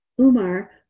Umar